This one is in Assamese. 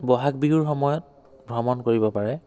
বহাগ বিহুৰ সময়ত ভ্ৰমণ কৰিব পাৰে